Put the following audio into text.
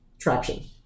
traction